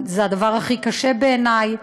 זה הדבר הכי קשה בעיני,